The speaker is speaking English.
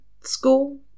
School